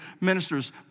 ministers